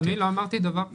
אני לא אמרתי דבר כזה.